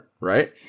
right